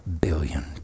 billion